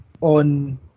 on